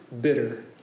bitter